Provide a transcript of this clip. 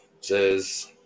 says